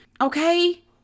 Okay